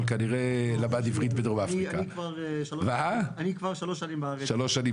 אבל כנראה למד עברית בדרום אפריקה--- אני כבר שלוש שנים בארץ.